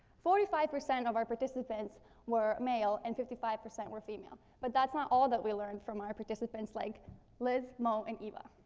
forty five percent of our participants were male and fifty five percent were female. but that's not all that we learned from our participants like liz, moe, and eva.